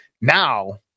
now